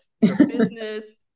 business